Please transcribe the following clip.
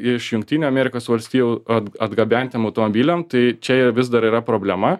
iš jungtinių amerikos valstijų at atgabentiem automobiliam tai čia vis dar yra problema